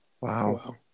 Wow